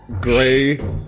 gray